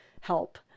help